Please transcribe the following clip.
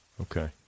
Okay